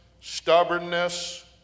stubbornness